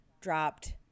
dropped